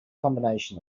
combination